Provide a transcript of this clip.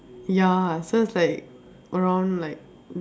ya so it's like around like